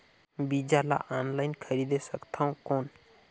बीजा ला ऑनलाइन खरीदे सकथव कौन?